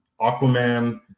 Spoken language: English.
Aquaman